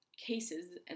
cases